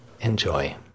Enjoy